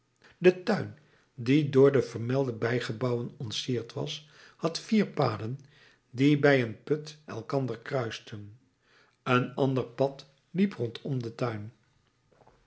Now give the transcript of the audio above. de tuin die door de vermelde bijgebouwen ontsierd was had vier paden die bij een put elkander kruisten een ander pad liep rondom den tuin